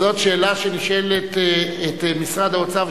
זאת שאלה שנשאל משרד האוצר,